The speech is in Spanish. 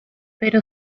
pero